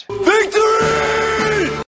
Victory